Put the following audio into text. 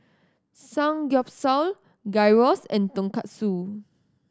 Samgyeopsal Gyros and Tonkatsu